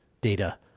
data